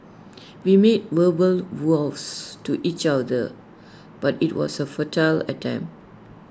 we made verbal vows to each other but IT was A futile attempt